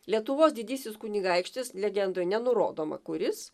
lietuvos didysis kunigaikštis legendoj nenurodoma kuris